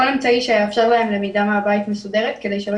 כל אמצעי שיאפשר להם למידה מסודרת מהבית כדי שלא